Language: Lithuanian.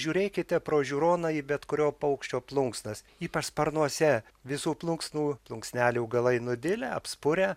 žiūrėkite pro žiūroną į bet kurio paukščio plunksnas ypač sparnuose visų plunksnų plunksnelių galai nudilę apspurę